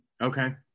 okay